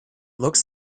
looks